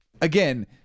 again